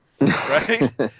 right